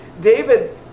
David